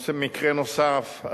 מקרה נוסף,